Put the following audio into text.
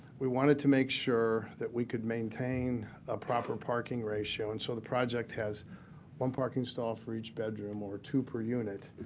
we wanted to make sure that we could maintain a proper parking ratio. and so the project has one parking stall for each bedroom, or two per unit,